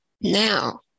Now